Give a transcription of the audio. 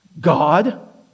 God